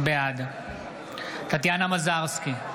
בעד טטיאנה מזרסקי,